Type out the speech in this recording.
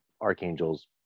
archangels